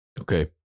Okay